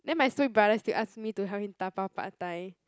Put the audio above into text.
then my stupid brother still ask me to help him dabao Pad-Thai